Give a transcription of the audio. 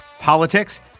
Politics